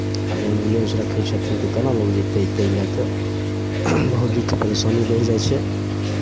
आ नहि एम्बुलेंस रखै छथिन तऽ केना लोक जेतै अयतै ई लए कऽ बहुत दिक्कत परेशानी बढ़ि जाइ छै